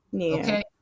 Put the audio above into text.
okay